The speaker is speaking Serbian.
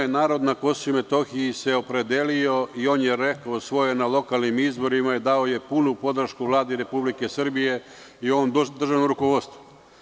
Narod na KiM se opredelio i on je rekao svoje na lokalnim izborima i dao je punu podršku Vladi Republike Srbije i državnom rukovodstvu.